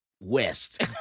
West